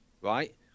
right